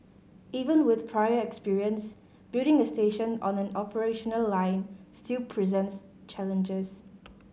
even with prior experience building a station on an operational line still presents challenges